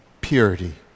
purity